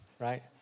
right